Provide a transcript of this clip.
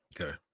Okay